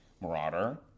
Marauder